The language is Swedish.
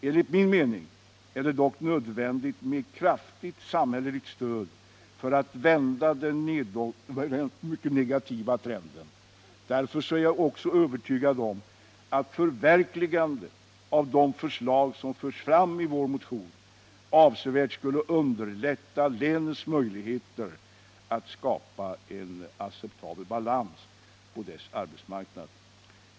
Enligt min mening är det dock nödvändigt med ett kraftigt samhälleligt stöd för att vända den negativa trenden. Därför är jag också övertygad om att förverkligandet av de förslag som förts fram i vår motion avsevärt skulle underlätta länets möjligheter att skapa en acceptabel balans på dess arbetsmarknad.